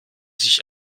sich